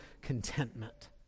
contentment